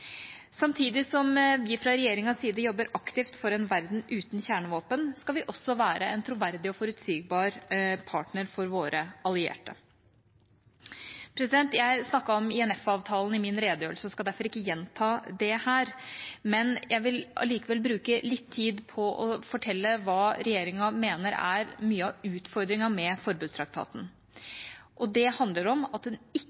Samtidig som at vi fra regjeringas side jobber aktivt for en verden uten kjernevåpen, skal vi også være en troverdig og forutsigbar partner for våre allierte. Jeg snakket om INF-avtalen i min redegjørelse og skal derfor ikke gjenta det her, men jeg vil allikevel bruke litt tid på å fortelle hva regjeringa mener er mye av utfordringen med forbudstraktaten. Det handler om at den ikke